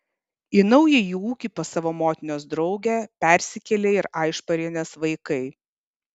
į naująjį ūkį pas savo motinos draugę persikėlė ir aišparienės vaikai